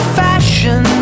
fashion